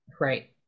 Right